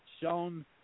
shown